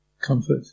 comfort